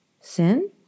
Sin